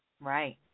Right